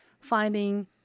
finding